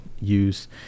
use